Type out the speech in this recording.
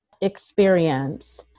experience